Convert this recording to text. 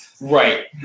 Right